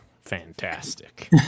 fantastic